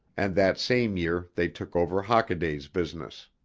and that same year they took over hockaday's business.